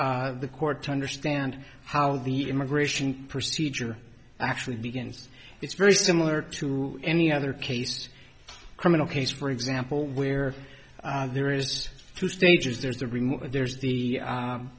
for the court to understand how the immigration procedure actually begins it's very similar to any other case criminal case for example where there is two stages there's the remote there's the